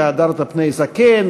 "והדרת פני זקן",